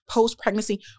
post-pregnancy